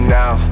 now